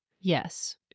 Yes